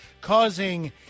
causing